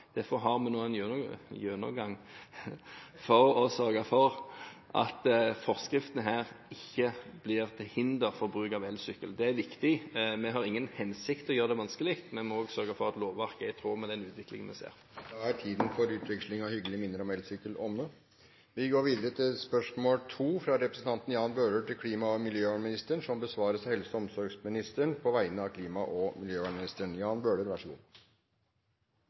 Derfor har vi nå en gjennomgang for å sørge for at forskriftene her ikke blir til hinder for bruk av elsykkel. Det er viktig. Vi har ikke til hensikt å gjøre det vanskelig, så vi må også sørge for at lovverket er i tråd med den utviklingen vi ser. Da er tiden for utveksling av hyggelige minner om elsykkel omme. Dette spørsmålet, fra representanten Jan Bøhler til klima- og miljøministeren, vil bli besvart av helse- og omsorgsministeren på vegne av klima- og